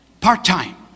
part-time